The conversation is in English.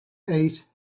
eight